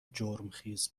جرمخیز